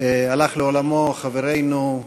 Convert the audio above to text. הלך לעולמו חברנו,